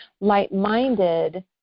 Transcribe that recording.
light-minded